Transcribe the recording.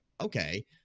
okay